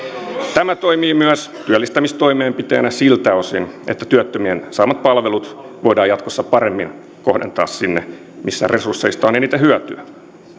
tämä toimii myös työllistämistoimenpiteenä siltä osin että työttömien saamat palvelut voidaan jatkossa paremmin kohdentaa sinne missä resursseista on eniten hyötyä